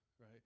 right